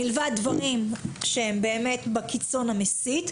מלבד דברים שהם באמת בקיצון המסית.